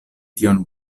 tion